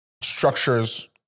Structures